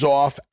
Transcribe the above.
off